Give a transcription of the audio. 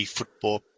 Football